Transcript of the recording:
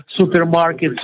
supermarkets